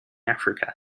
africa